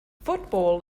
football